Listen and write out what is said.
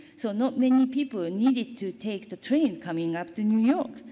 so, not many people needed to take the train coming up to new york.